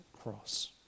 cross